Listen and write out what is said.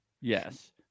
Yes